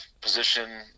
position